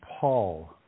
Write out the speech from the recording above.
Paul